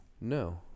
No